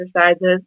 exercises